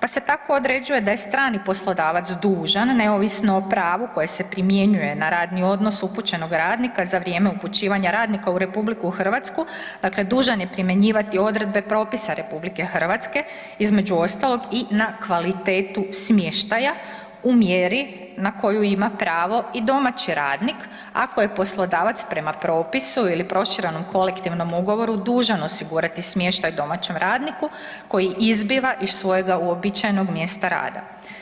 pa se tako određuje da je strani poslodavac dužan neovisno o pravu koji se primjenjuje na radni odnos upućenog radnika za vrijeme upućivanja radnika u RH dakle dužan je primjenjivati odredbe propisa RH između ostalog i na kvalitetu smještaja u mjeri na koju ima pravo i domaći radnik ako je poslodavac prema propisu ili proširenom kolektivnom ugovoru dužan osigurati smještaj domaćem radniku koji izbiva iz svojega uobičajenog mjesta rada.